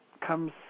comes